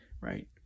right